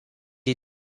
you